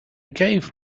gave